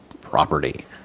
property